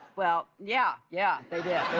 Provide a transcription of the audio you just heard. well, yeah, yeah, they did,